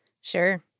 Sure